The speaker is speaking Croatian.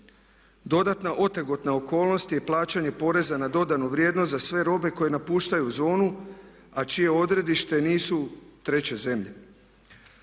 Dodatna otegotna okolnost je i plaćanje poreza na dodanu vrijednost za sve robe koje napuštaju zonu, a čije odredište nisu treće zemlje,